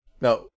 Now